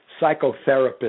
psychotherapist